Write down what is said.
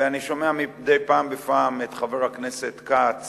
אני שומע מדי פעם בפעם את חבר הכנסת כץ